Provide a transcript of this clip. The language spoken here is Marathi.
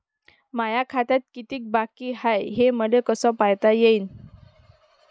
माया खात्यात कितीक बाकी हाय, हे मले कस पायता येईन?